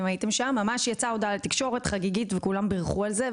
ממש יצאה לתקשורת הודעה חגיגית וכולם בירכו על זה,